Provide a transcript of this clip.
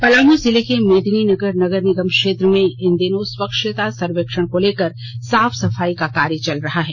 पलामू जिले के मेदिनीनीगर नगर निगम क्षेत्र में इन दिनों स्वच्छता सर्वेक्षण को लेकर साफ सफाई का कार्य चल रहा है